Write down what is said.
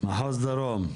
מחוז דרום?